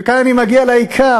וכאן אני מגיע לעיקר,